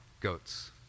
goats